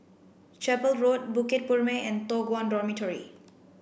Chapel Road Bukit Purmei and Toh Guan Dormitory